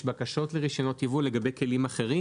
בקשות לרישיונות יבוא לגבי כלים אחרים,